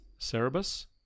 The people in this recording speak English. Cerebus